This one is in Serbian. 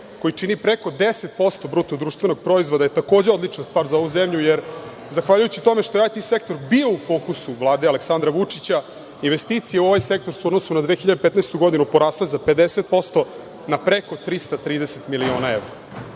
koji čini preko 10% BDP, je takođe odlična stvar za ovu zemlju, jer zahvaljujući tome što je IT sektor bio u fokusu Vlade Aleksandra vučića, investicije u ovaj sektor su u odnosu na 2015. godinu porasle za 50% na preko 330 miliona